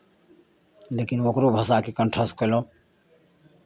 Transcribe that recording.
लेकिन ओकरो भाषाकेँ कण्ठस्थ कयलहुँ